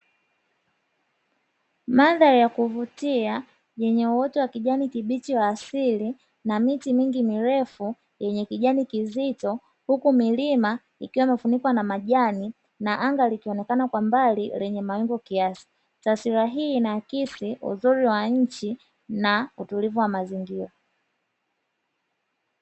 Mazingira ya kuvutia yenye uwote wa kijani kibichi wa asili na miti mingi mirefu yenye kijani kizito, huku milima ikiwa imefunikwa na majani, na anga likionekana kwa mbali lenye mawingu kiasi. Taswira hii inakisi uzuri wa nchi na utulivu wa mazingira.